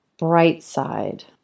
Brightside